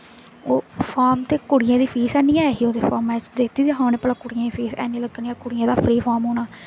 ओह् फार्म ते कुड़ियें दी फीस हैनी ऐ ही ओह्दे फार्मै च उ'नें दित्ते दा कि भला कुड़ियें दी फीस हैनी लग्गनी कुड़ियें दा फ्री फार्म होना